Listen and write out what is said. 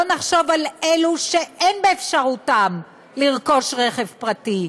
לא נחשוב על אלו שאין באפשרותם לרכוש רכב פרטי,